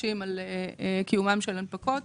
מקשים על קיומם של הנפקות.